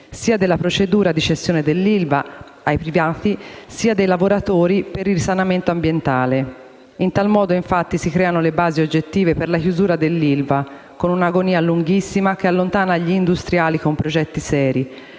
sia della procedura di cessione dell'ILVA ai privati, sia dei lavoratori per il risanamento ambientale. In tal modo, infatti, si creano le basi oggettive per la chiusura dell'ILVA con un'agonia lunghissima che allontana gli industriali con progetti seri,